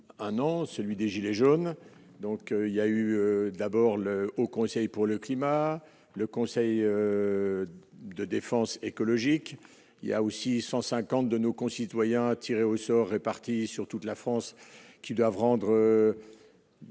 celui des gilets jaunes, donc il y a eu d'abord le Haut conseil pour le climat, le conseil de défense écologique, il y a aussi 150 de nos concitoyens, a tirées au sort réparties sur toute la France qui doivent rendre